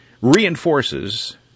reinforces